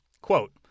Quote